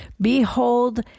Behold